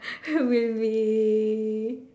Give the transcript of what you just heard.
will be